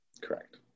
Correct